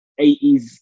80s